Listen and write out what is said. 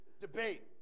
debate